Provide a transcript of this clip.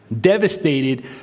devastated